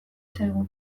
zaigu